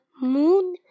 moon